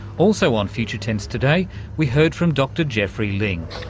also on future tense today we heard from dr geoffrey ling,